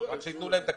רק שייתנו להם תקציב.